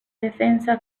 defensa